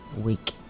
week